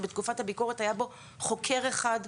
שבתקופת הביקורת היה בו חוקר אחד.